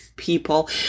People